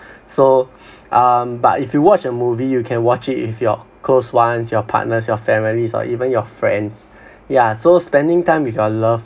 so um but if you watch a movie you can watch it with your close ones your partners your families or even your friends yeah so spending time with your loved